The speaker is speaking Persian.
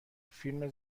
فیلم